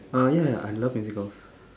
oh ya ya ya I love musicals